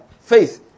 faith